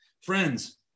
Friends